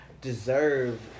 deserve